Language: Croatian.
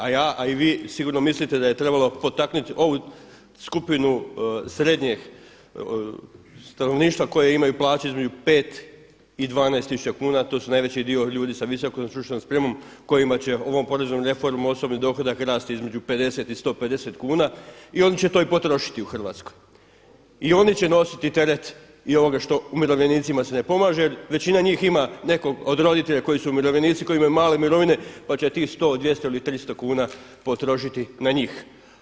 A ja a i vi sigurno mislite da je trebalo potaknuti ovu skupinu srednjeg stanovništva koje imaju plaće između 5 i 12 tisuća kuna, to su najveći dio ljudi sa visokom stručnom spremom, kojima će ovom poreznom reformom osobni dohodak rasti između 50 i 150 kuna i oni će to i potrošiti u Hrvatskoj i oni će nositi teret i ovoga što umirovljenicima se ne pomaže, većina njih ima nekog od roditelja koji su umirovljenici, koji imaju male mirovine pa će tih 100, 200 ili 300 kuna potrošiti na njih.